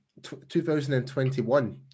2021